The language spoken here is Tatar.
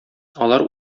алар